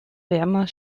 wärmer